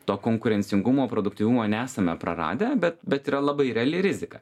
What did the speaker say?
to konkurencingumo produktyvumo nesame praradę bet bet yra labai reali rizika